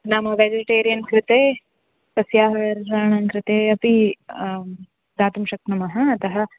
नाम वेजिटेरियन् कृते सस्याहाराणां कृते अपि दातुं शक्नुमः अतः